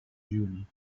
june